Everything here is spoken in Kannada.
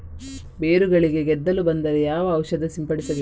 ಬೇರುಗಳಿಗೆ ಗೆದ್ದಲು ಬಂದರೆ ಯಾವ ಔಷಧ ಸಿಂಪಡಿಸಬೇಕು?